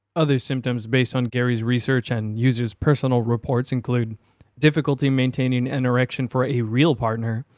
other symptoms based on gary's research and user's personal reports include difficulty maintaining an erection for a real partner,